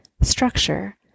structure